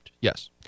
Yes